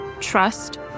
trust